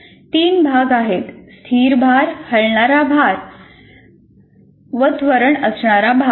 तीन भाग आहेत स्थिर भार हलणारा भार आणि त्वरण असणारा भार